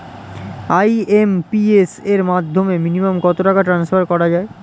IMPS এর মাধ্যমে minimum কত টাকা ট্রান্সফার করা যায়?